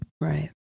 Right